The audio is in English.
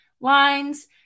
lines